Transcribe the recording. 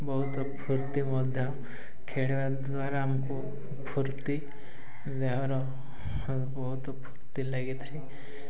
ବହୁତ ଫୁର୍ତ୍ତି ମଧ୍ୟ ଖେଳିବା ଦ୍ୱାରା ଆମକୁ ଫୁର୍ତ୍ତି ଦେହର ବହୁତ ଫୁର୍ତ୍ତି ଲାଗିଥାଏ